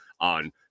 on